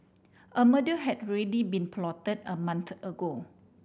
a murder had already been plotted a month ago